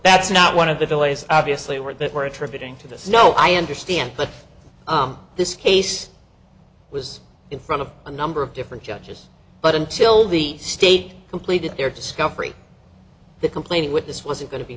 that's not one of the delays obviously where they were attributing to this no i understand but this case was in front of a number of different judges but until the state completed their discovery the complaining witness wasn't going to be